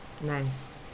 Nice